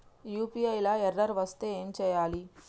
UPI లా error వస్తే ఏం చేయాలి?